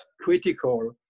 critical